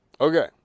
okay